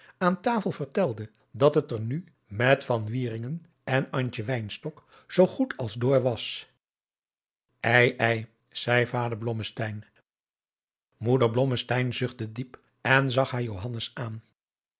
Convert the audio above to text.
aan tasel vertelde dat het er nu met van wieringen en antje wynstok zoo goed als door was ei ei zeî vader blommesteyn moeder blommesteyn zuchtte diep en zag haar johannes aan